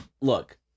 Look